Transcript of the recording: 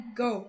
go